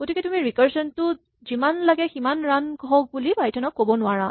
গতিকে তুমি ৰিকাৰছন টো যিমান লাগে সিমান ৰান হওঁক বুলি পাইথন ত ক'ব নোৱাৰা